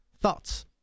Thoughts